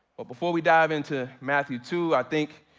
but before we dive into matthew two i think,